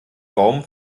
raum